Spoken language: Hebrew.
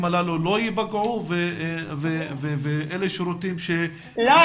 הללו לא ייפגעו ואלה שירותים ש --- לא,